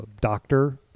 Doctor